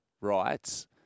rights